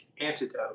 antidote